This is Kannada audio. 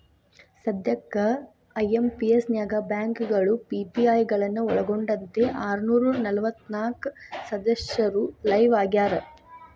ಸದ್ಯಕ್ಕ ಐ.ಎಂ.ಪಿ.ಎಸ್ ನ್ಯಾಗ ಬ್ಯಾಂಕಗಳು ಮತ್ತ ಪಿ.ಪಿ.ಐ ಗಳನ್ನ ಒಳ್ಗೊಂಡಂತೆ ಆರನೂರ ನಲವತ್ನಾಕ ಸದಸ್ಯರು ಲೈವ್ ಆಗ್ಯಾರ